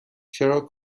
چرا